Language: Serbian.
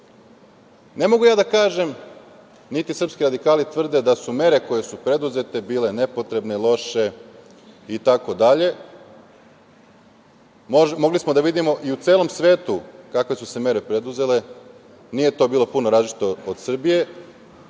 mogu da kažem, niti srpski radikali tvrde da su mere koje su preduzete bile nepotrebne, loše itd. Mogli smo da vidimo i u celom svetu kakve su se mere preduzele. Nije to bilo puno različito od Srbije.